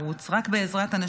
אנחנו נהיה חברה טובה יותר.